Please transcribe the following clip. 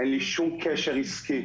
אין לי שום קשר עסקי.